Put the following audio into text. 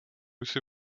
jsi